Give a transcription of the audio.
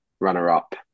runner-up